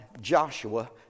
Joshua